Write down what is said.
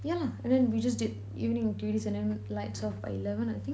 yeah lah and then we just did evening activities and then lights off by eleven I think